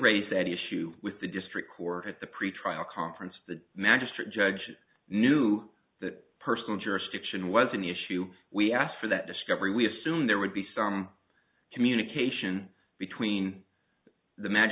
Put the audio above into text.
raise that issue with the district court at the pretrial conference the magistrate judge knew that personal jurisdiction was an issue we asked for that discovery we assume there would be some communication between the magi